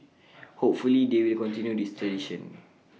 hopefully they will continue this tradition